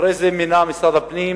אחרי זה מינה משרד הפנים